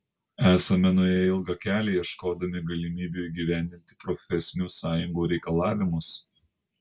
esame nuėję ilgą kelią ieškodami galimybių įgyvendinti profesinių sąjungų reikalavimus